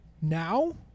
Now